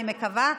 אני מקווה.